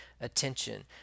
attention